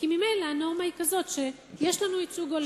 כי ממילא הנורמה היא כזאת שיש לנו ייצוג הולם.